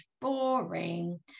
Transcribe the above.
boring